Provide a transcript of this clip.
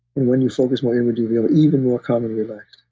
when you focus more inward, you'll feel even more calm and relaxed.